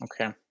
Okay